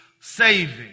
saving